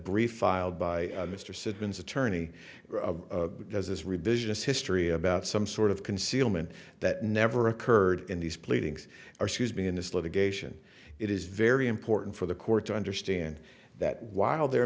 brief filed by mr citizens attorney does this revisionist history about some sort of concealment that never occurred in these pleadings or sues me in this litigation it is very important for the court to understand that while the